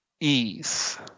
ease